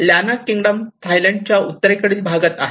Lanna kingdom थायलंडच्या उत्तरेकडील भागात आहे